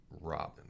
Robin